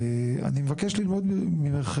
ואני מבקש ללמוד ממך,